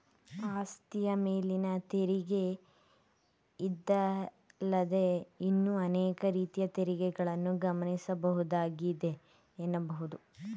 ಆಸ್ತಿಯ ಮೇಲಿನ ತೆರಿಗೆ ಇದಲ್ಲದೇ ಇನ್ನೂ ಅನೇಕ ರೀತಿಯ ತೆರಿಗೆಗಳನ್ನ ಗಮನಿಸಬಹುದಾಗಿದೆ ಎನ್ನಬಹುದು